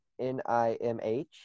N-I-M-H